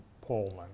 Poland